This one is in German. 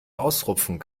ausrupfen